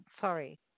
sorry